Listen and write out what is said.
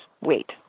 wait